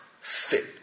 fit